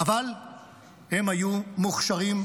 אבל הם היו מוכשרים,